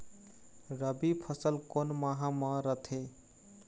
रबी फसल कोन माह म रथे?